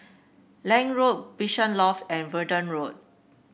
Lange Road Bishan Loft and Verdun Road